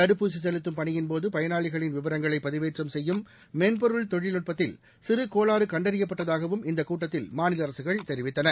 தடுப்பூசி செலுத்தும் பணியின் போது பயனாளிகளின் விவரங்களை பதிவேற்றம் செய்யும் மென்பொருள் தொழில்நுட்பத்தில் சிறு கோளாறு கண்டறியப்பட்டதாகவும் இந்தக் கூட்டத்தில் மாநில அரசுகள் தெரிவித்தன